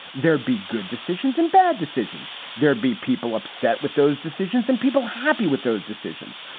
there'd be good decisions and bad decisions. there'd be people upset with those decisions and people happy with those decisions.